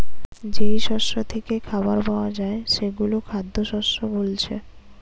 যেই শস্য থিকে খাবার পায়া যায় সেগুলো খাদ্যশস্য বোলছে